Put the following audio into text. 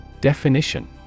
Definition